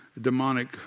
demonic